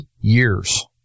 years